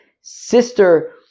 sister